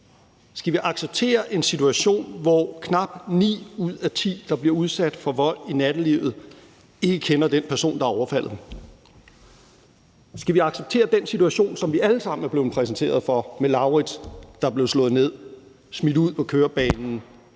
Skal vi acceptere en situation, hvor knap ni ud af ti, der bliver udsat for vold i nattelivet, ikke kender den person, der har overfaldet dem? Skal vi acceptere den situation, som vi alle sammen er blevet præsenteret for med Lauritz, der er blevet slået ned, smidt ud på kørebanen